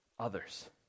Others